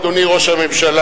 אדוני ראש הממשלה,